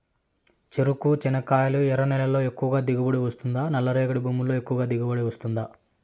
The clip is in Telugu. చెరకు, చెనక్కాయలు ఎర్ర నేలల్లో ఎక్కువగా దిగుబడి వస్తుందా నల్ల రేగడి భూముల్లో ఎక్కువగా దిగుబడి వస్తుందా